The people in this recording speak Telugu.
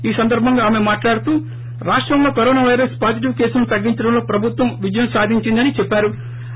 ఈ సందర్బంగా ఆమె మాట్లాడుతూ రాష్టంలో కరోనా పైరస్ పాజిటివ్ కేసులను తగ్గించటంలో ప్రభుత్వం విజయం సాధించిందని చెప్పారు